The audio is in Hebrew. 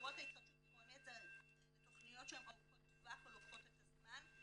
שקשורות להתחדשות עירונית אלה תכניות שהן ארוכות טווח ולוקחות את הזמן.